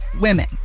women